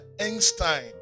Einstein